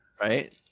right